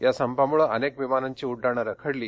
या संपामुळं अनेक विमानांची उड्डाणं रखडली